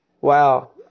Wow